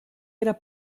era